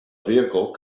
vehicle